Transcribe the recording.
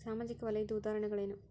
ಸಾಮಾಜಿಕ ವಲಯದ್ದು ಉದಾಹರಣೆಗಳೇನು?